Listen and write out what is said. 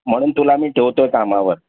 म्हणून तुला मी ठेवतो आहे कामावर